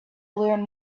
learn